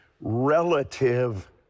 Relative